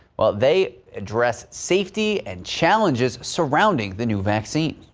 well they address safety and challenges surrounding the new vaccine.